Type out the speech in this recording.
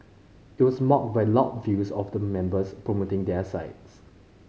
it was marked by loud views of the members promoting their sides